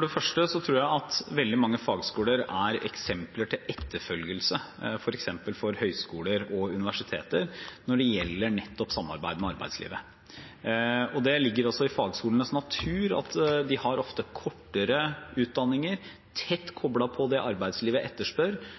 det første tror jeg at veldig mange fagskoler er eksempler til etterfølgelse f.eks. for høyskoler og universiteter når det gjelder nettopp samarbeid med arbeidslivet. Det ligger også i fagskolenes natur at de ofte har kortere utdanninger, tett